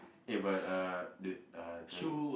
eh but uh the uh